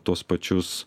tuos pačius